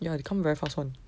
ya they come very fast [one]